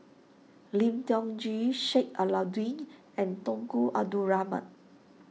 Lim Tiong Ghee Sheik Alau'ddin and Tunku Abdul Rahman